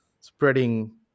spreading